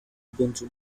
ubuntu